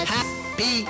Happy